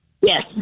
Yes